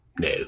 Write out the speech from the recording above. no